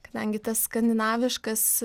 kadangi tas skandinaviškas